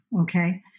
okay